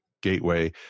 Gateway